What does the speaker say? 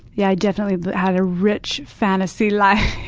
yeah i definitely had a rich fantasy life.